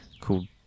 called